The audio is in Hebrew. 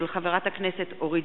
מאת חברי הכנסת דב חנין,